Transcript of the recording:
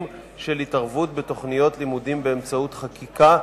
של התערבות בתוכניות לימודים באמצעות חקיקה,